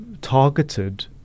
targeted